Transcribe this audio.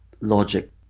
logic